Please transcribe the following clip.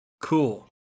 Cool